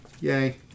Yay